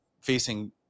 facing